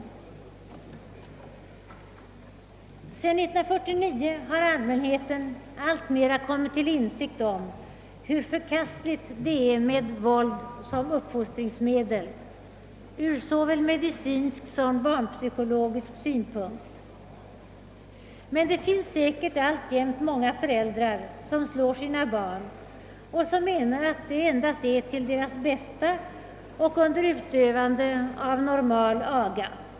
Sedan 1949 har allmänheten allt mera kommit till insikt om hur förkastligt det är med våld som uppfostringsmedel ur såväl medicinsk som barnpsykologisk synpunkt. Det finns dock säkerligen alltjämt många föräldrar som slår sina barn och anser att det endast är till deras bästa och att de utövar normal aga.